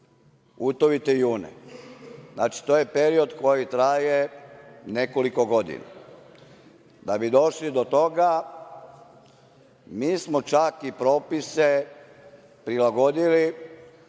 utovite june. Znači, to je period koji traje nekoliko godina. Da bi došli do toga mi smo čak i propise prilagodili